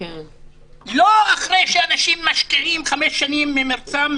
לא אחרי שאנשים משקיעים חמש שנים ממרצם,